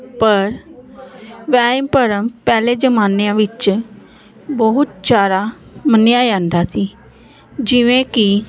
ਪਰ ਵਹਿਮ ਭਰਮ ਪਹਿਲੇ ਜ਼ਮਾਨਿਆਂ ਵਿੱਚ ਬਹੁਤ ਜ਼ਿਆਦਾ ਮੰਨਿਆ ਜਾਂਦਾ ਸੀ ਜਿਵੇਂ ਕਿ